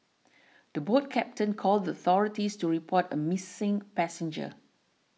the boat captain called the authorities to report a missing passenger